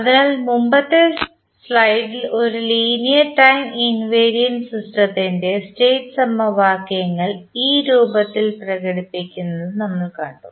അതിനാൽ മുമ്പത്തെ സ്ലൈഡിൽ ഒരു ലീനിയർ ടൈം ഇൻവേരിയന്റ് സിസ്റ്റത്തിൻറെ സ്റ്റേറ്റ് സമവാക്യങ്ങൾ ഈ രൂപത്തിൽ പ്രകടിപ്പിക്കുന്നത് നമ്മൾ കണ്ടു